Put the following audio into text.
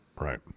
Right